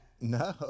No